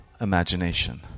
imagination